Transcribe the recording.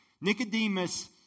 Nicodemus